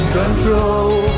control